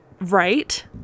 Right